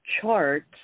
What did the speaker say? chart